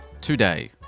today